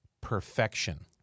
perfection